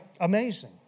Amazing